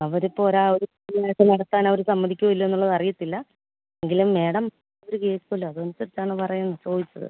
അവരിപ്പോൾ ഒരു ആ ഒരു കുട്ടിയിനെയായിട്ട് നടത്താന് അവർ സമ്മതിക്കുമോ ഇല്ലയോയെന്നുള്ളത് അറിയത്തില്ല എങ്കിലും മേഡം അവർ കേൾക്കുമല്ലോ അത് അനുസരിച്ചാണ് പറയുമോയെന്ന് ചോദിച്ചത്